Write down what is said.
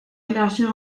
élargir